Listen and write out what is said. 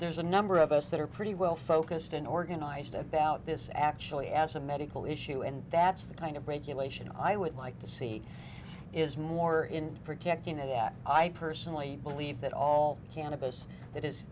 there's a number of us that are pretty well focused and organized about this actually as a medical issue and that's the kind of regulation i would like to see is more in protecting that i personally believe that all cannabis that is